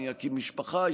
אני אקים משפחה,